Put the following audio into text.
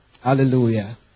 Hallelujah